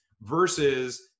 versus